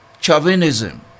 chauvinism